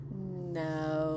No